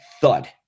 thud